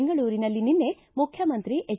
ಬೆಂಗಳೂರಿನಲ್ಲಿ ನಿನ್ನೆ ಮುಖ್ಯಮಂತ್ರಿ ಎಚ್